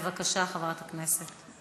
בבקשה, חברת הכנסת לביא.